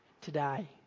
today